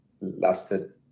lasted